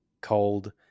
cold